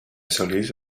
solís